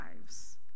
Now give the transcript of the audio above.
lives